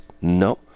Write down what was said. No